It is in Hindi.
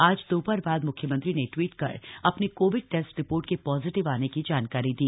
आज दोपहर बाद मुख्यमंत्री ने ट्वीट कर अपनी कोविड टेस्ट रिपोर्ट के पॉजीटिव आने की जानकारी दी